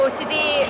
today